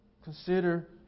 Consider